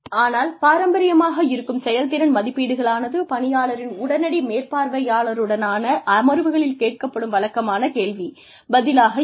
ஆனால் பாரம்பரியமாக இருக்கும் செயல்திறன் மதிப்பீடுகளானது பணியாளரின் உடனடி மேற்பார்வையாளருடனான அமர்வுகளில் கேட்கப்படும் வழக்கமான கேள்வி பதிலாக இருக்கும்